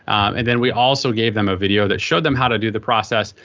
and then we also gave them a video that showed them how to do the process.